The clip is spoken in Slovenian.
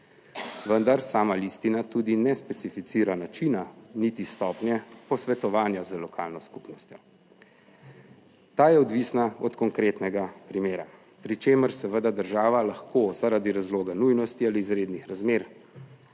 vendar sama listina tudi ne specificira načina niti stopnje posvetovanja z lokalno skupnostjo; ta je odvisna od konkretnega primera, pri čemer seveda država lahko zaradi razloga, nujnosti ali izrednih razmer